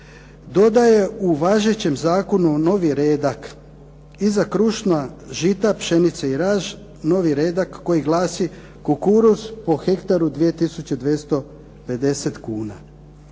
dodaje u važećem Zakonu novi redak, iza krušna žita, pšenice i raž novi redak koji glasi kukuruz po hektaru 2250 kuna.